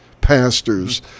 pastors